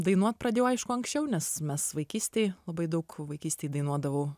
dainuot pradėjau aišku anksčiau nes mes vaikystėj labai daug vaikystėj dainuodavom